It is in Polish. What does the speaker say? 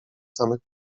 samych